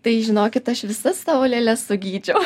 tai žinokit aš visas savo lėles sugydžiau